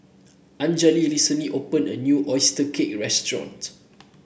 Anjali recently opened a new oyster cake restaurant